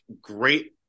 great